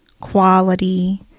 quality